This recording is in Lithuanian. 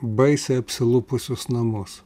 baisiai apsilupusius namus